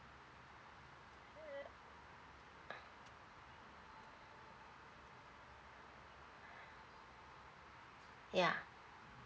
ya